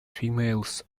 females